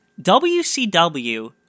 WCW